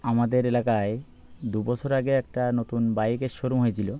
আমাদের এলাকায় দুবছর আগে একটা নতুন বাইকের শরুম হয়েছিলো